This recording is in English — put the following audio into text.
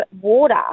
water